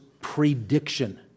prediction